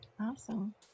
Awesome